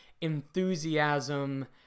enthusiasm